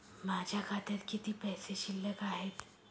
माझ्या खात्यात किती पैसे शिल्लक आहेत?